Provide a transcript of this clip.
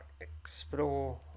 explore